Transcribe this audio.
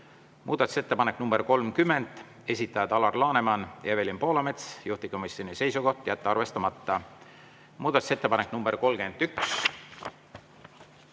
Muudatusettepanek nr 30, esitajad Alar Laneman ja Evelin Poolamets, juhtivkomisjoni seisukoht on jätta arvestamata. Muudatusettepanek nr 31,